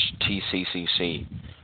TCCC